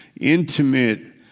intimate